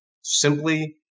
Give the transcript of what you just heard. simply